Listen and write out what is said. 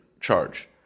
charge